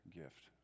gift